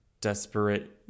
desperate